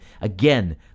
Again